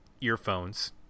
earphones